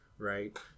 Right